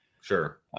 Sure